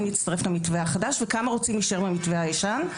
להצטרף למתווה החדש וכמה רוצים להישאר במתווה הישן?